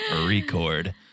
record